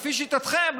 לפי שיטתכם,